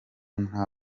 nta